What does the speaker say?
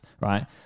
right